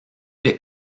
des